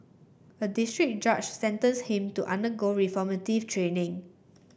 a district judge sentenced him to undergo reformative training